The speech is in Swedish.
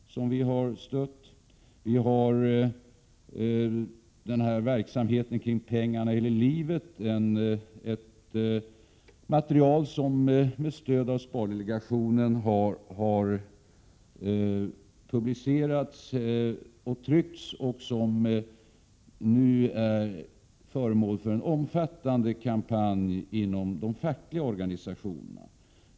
Vi har verksamheten kring Pengarna eller livet med ett material som med stöd av spardelegationen har publicerats och som nu är föremål för en bred kampanj inom de fackliga organisationerna.